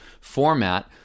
format